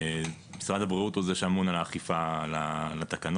משרד הבריאות הוא זה שאמון על האכיפה של התקנות,